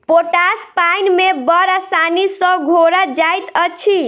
potash पाइन मे बड़ आसानी सॅ घोरा जाइत अछि